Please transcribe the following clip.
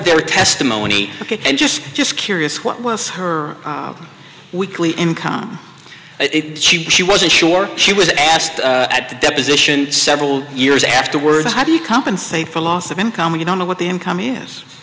their testimony and just just curious what was her weekly income she wasn't sure she was asked at the deposition several years afterwards how do you compensate for loss of income when you don't know what the income is